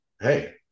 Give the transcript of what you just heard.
Hey